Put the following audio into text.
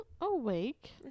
awake